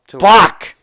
Fuck